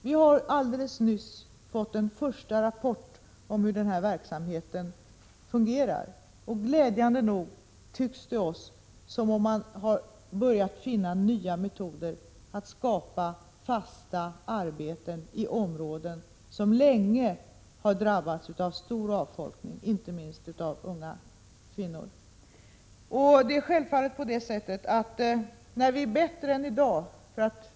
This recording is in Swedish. Vi har helt nyligen fått en första rapport om hur verksamheten fungerar, och det tycks oss som om man, glädjande nog, har börjat finna nya metoder för att skapa fasta arbeten i områden som länge har varit drabbade av stor avfolkning, inte minst när det gäller unga kvinnor.